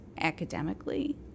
academically